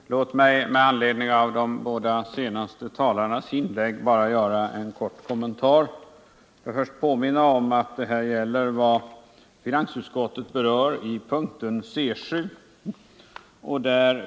Herr talman! Låt mig med anledning av de båda senaste talarnas inlägg bara göra en kort kommentar. Jag vill först påminna om att det här gäller vad finansutskottet berör i punkten C 7.